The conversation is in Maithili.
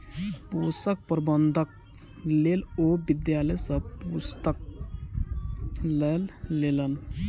पोषक प्रबंधनक लेल ओ विद्यालय सॅ पुस्तक लय लेलैन